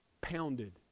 pounded